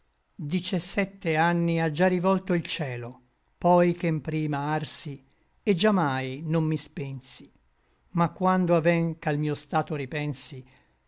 dicesette anni à già rivolto il cielo poi che mprima arsi et già mai non mi spensi ma quando aven ch'al mio stato ripensi